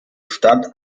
stadt